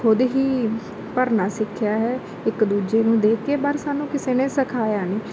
ਖੁਦ ਹੀ ਭਰਨਾ ਸਿੱਖਿਆ ਹੈ ਇੱਕ ਦੂਜੇ ਨੂੰ ਦੇਖ ਕੇ ਪਰ ਸਾਨੂੰ ਕਿਸੇ ਨੇ ਸਿਖਾਇਆ ਨਹੀਂ